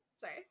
sorry